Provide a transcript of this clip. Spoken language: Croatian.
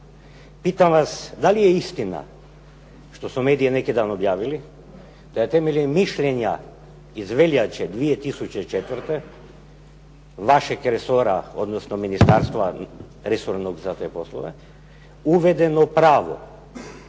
Pitam vas da li je istina što su mediji neki dan objavili da je temeljem mišljenja iz veljače 2004. vašeg resora, odnosno ministarstva resornog za te poslove uvedeno pravo